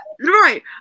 right